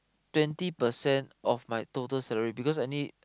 twenty percent of my total salary because I need